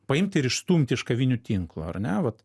paimti ir išstumti iš kavinių tinklo ar ne vat